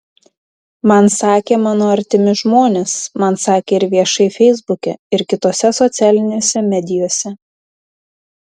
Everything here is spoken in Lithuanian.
man sakė mano artimi žmonės man sakė ir viešai feisbuke ir kitose socialinėse medijose